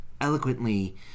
eloquently